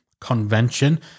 convention